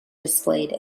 displayed